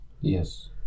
Yes